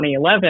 2011